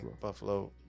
Buffalo